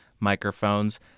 microphones